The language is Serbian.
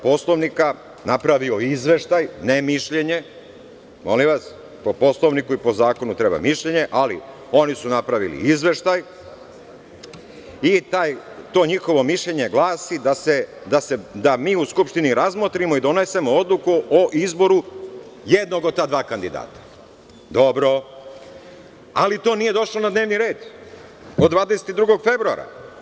Poslovnika napravio Izveštaj, ne mišljenje, molim vas, po Poslovniku i po Zakonu treba mišljenje, ali oni su napravili Izveštaj i to njihovo mišljenje glasi da mi u Skupštini razmotrimo i donesemo odluku o izboru jednog od ta dva kandidata, ali to nije došlo na dnevni red od 22. februara.